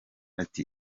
ati